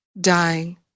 dying